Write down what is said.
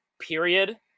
period